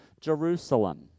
Jerusalem